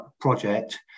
project